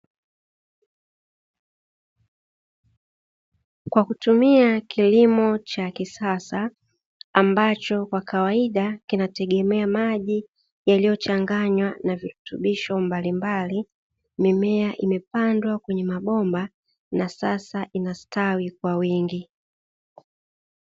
Kwa kutumia kilimo cha kisasa ambacho kwa kawaida kinategemea maji yaliyochanganywa na virutubisho mbalimbali, mimea imepandwa kwenye mabomba na sasa inastawi kwa wingi.